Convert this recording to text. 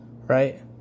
right